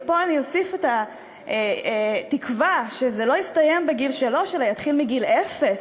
ופה אני אוסיף את התקווה שזה לא יסתיים בגיל שלוש אלא יתחיל מגיל אפס,